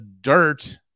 dirt